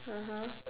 (uh huh)